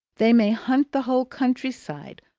they may hunt the whole country-side,